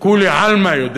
כולי עלמא יודע